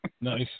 Nice